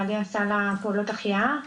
בעלי עשה לה פעולות החייאה.